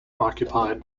occupied